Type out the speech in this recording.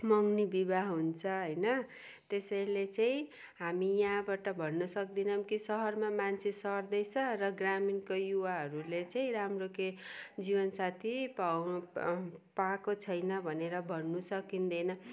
मगनी विवाह हुन्छ होइन त्यसैले चाहिँ हामी यहाँबाट भन्न सक्दैनौँ कि सहरमा मान्छे सर्दैछ र ग्रामिणको युवाहरूले चाहिँ राम्रो के जीवन साथी पाउनु पाएको छैन भनेर भन्नु सकिँदैन